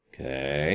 Okay